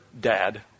dad